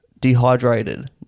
dehydrated